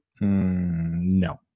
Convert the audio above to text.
No